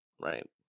right